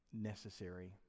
necessary